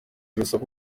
urusaku